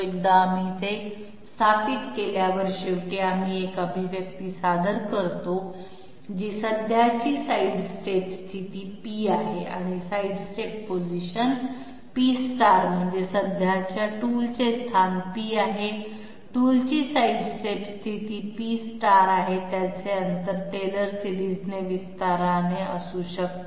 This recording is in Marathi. एकदा आम्ही ते स्थापित केल्यावर शेवटी आम्ही एक अभिव्यक्ती सादर करतो जी सध्याची साइडस्टेप स्थिती P आहे आणि साइडस्टेप पोझिशन P म्हणजे सध्याचे टूलचे स्थान P आहे टूलची साइडस्टेप स्थिती P आहे त्यांचे अंतर टेलर सिरीज विस्ताराने असू शकते